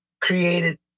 created